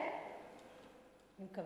כן, אני,